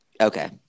Okay